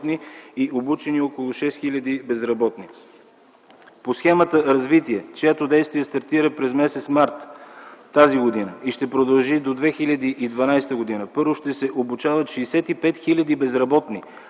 безработни и обучени около 6000 безработни. По схемата „Развитие”, чието действие стартира през м. март т.г. и ще продължи до 2012 г., първо, ще се обучават 65 хиляди безработни,